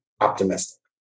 optimistic